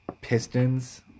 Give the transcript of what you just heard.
Pistons